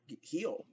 heal